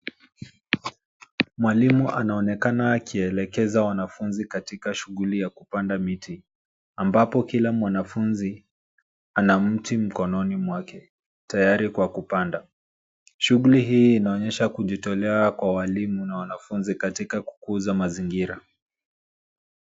Mwalimu anaonekana akielekeza wanafunzi katika shughuli ya kupanda miti ambapo kila mwanafunzi ana mti mkononi mwake tayari kwa kupanda. Shughuli hii inaonyesha kujitolea kwa walimu na wanafunzi katika kukuza mazingira.